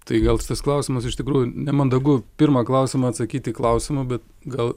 tai gal tas klausimas iš tikrųjų nemandagu pirmą klausimą atsakyti klausimu bet gal